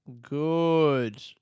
good